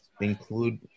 include